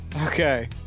Okay